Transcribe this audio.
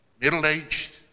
middle-aged